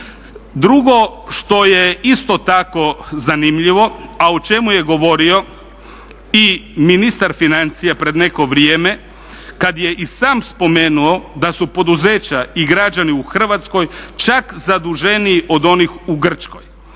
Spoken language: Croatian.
Drugo što je isto tako zanimljivo, a o čemu je govorio i ministar financija pred neko vrijeme kad je i sam spomenuo da su poduzeća i građani u Hrvatskoj čak zaduženiji od onih u Grčkoj.